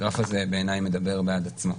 הגרף הזה, בעיניי, מדבר בעד עצמו.